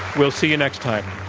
we'll see you next time.